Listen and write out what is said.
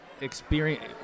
experience